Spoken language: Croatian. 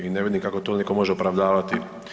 I ne vidim kako to netko može opravdavati.